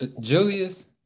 Julius